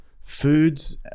Foods